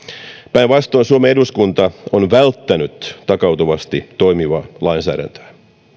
päinvastoin suomen eduskunta on välttänyt takautuvasti toimivaa lainsäädäntöä